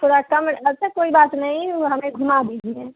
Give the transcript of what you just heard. थोड़ा कम अच्छा कोई बात नहीं हमें घूमा दीजिए